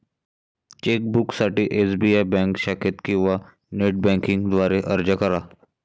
चेकबुकसाठी SBI bank शाखेत किंवा नेट बँकिंग द्वारे अर्ज करा